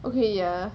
okay ya